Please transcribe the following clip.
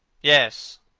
yes,